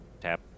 tap